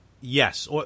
Yes